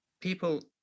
people